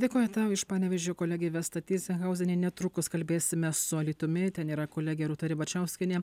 dėkoju tau iš panevėžio kolegė vesta tizenhauzienė netrukus kalbėsime su alytumi ten yra kolegė rūta ribačiauskienė